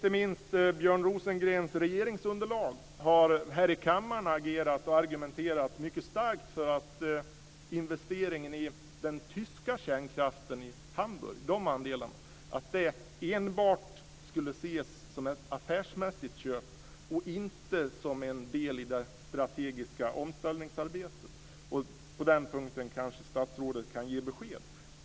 Björn Rosengrens regeringsunderlag har här i kammaren agerat och argumenterat mycket starkt för att investeringen i den tyska kärnkraften i Hamburg enbart ska ses som ett affärsmässigt köp och inte som en del i det strategiska omställningsarbetet. På den punkten kan kanske statsrådet ge besked.